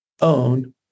own